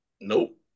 Nope